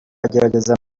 agerageza